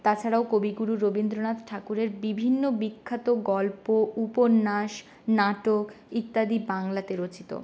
তাছাড়াও কবিগুরু রবীন্দ্রনাথ ঠাকুরের বিভিন্ন বিখ্যাত গল্প উপন্যাস নাটক ইত্যাদি বাংলাতে রচিত